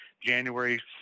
January